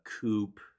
coupe